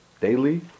daily